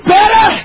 better